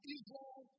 Israel